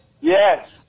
yes